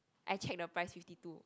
I check the price fifty two